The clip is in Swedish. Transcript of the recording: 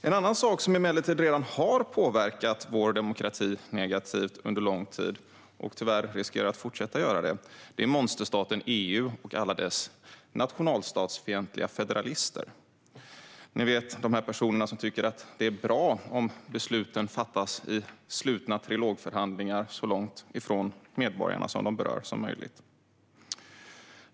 En sak som emellertid redan har påverkat vår demokrati negativt under lång tid och tyvärr riskerar att fortsätta göra det är monsterstaten EU och alla dess nationalstatsfientliga federalister - ni vet, de personer som tycker att det är bra om besluten fattas i slutna trilogförhandlingar så långt från medborgarna de berör som möjligt.